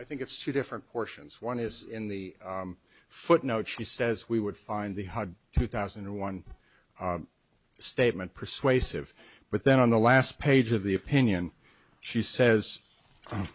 i think it's two different portions one is in the footnote she says we would find the two thousand and one statement persuasive but then on the last page of the opinion she says